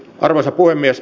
arvoisa puhemies